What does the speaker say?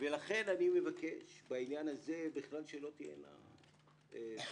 לכן אני מבקש בעניין הזה שלא תהיינה פשרות.